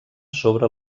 sobre